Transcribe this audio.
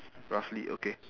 roughly okay